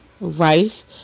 rice